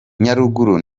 nyaruguru